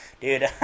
dude